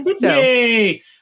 Yay